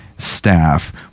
staff